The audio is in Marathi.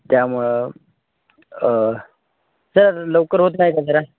त्यामुळं सर लवकर होत नाही का जरा